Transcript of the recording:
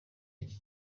iki